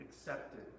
accepted